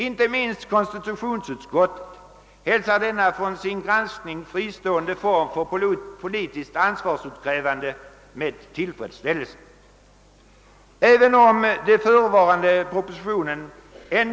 Icke minst konstitutionsutskottet hälsar denna från sin granskning fristående form för politiskt ansvarsutkrävande med tillfredsställelse.